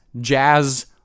jazz